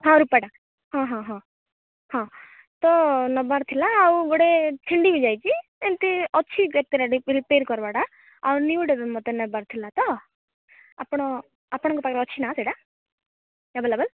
ହଁ ରୂପାଟା ହଁ ହଁ ହଁ ହଁ ତ ନେବାର ଥିଲା ଆଉ ଗୋଟେ ଛିଣ୍ଡି ବି ଯାଇଛି ଏମିତି ଅଛି କେତେଟା ରିପେୟାର କରବାଟା ଆଉ ନିୟୁଟା ବି ମୋତେ ନେବାର ଥିଲା ତ ଆପଣ ଆପଣଙ୍କ ପାଖରେ ଅଛି ନା ସେଇଟା ଆଭେଲେବୁଲ